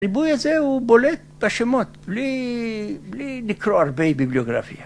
ריבוי הזה הוא בולט בשמות, בלי לקרוא הרבה ביבליוגרפיה.